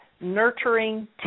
nurturing